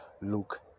Luke